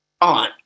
on